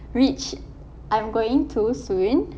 which I'm going to soon